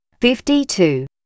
fifty-two